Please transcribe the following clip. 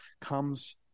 comes